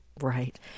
Right